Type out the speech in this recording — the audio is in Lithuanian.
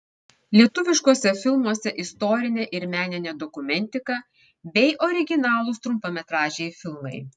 lietuviškuose filmuose istorinė ir meninė dokumentika bei originalūs trumpametražiai filmai